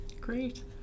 Great